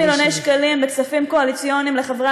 עשרות מיליוני שקלים בכספים קואליציוניים לחברי